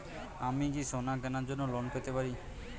আমি কি সোনা কেনার জন্য লোন পেতে পারি?